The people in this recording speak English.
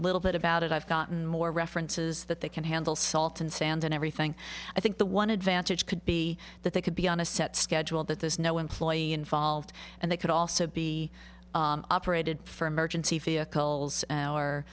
little bit about it i've gotten more references that they can handle salt and sand and everything i think the one advantage could be that they could be on a set schedule that there's no employee involved and they could also be operated for emergency vehicles or